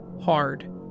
hard